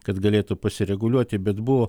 kad galėtų pasireguliuoti bet buvo